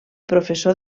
professor